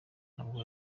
nabwo